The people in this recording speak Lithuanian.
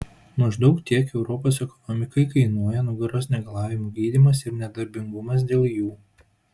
maždaug tiek europos ekonomikai kainuoja nugaros negalavimų gydymas ir nedarbingumas dėl jų